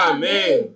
Amen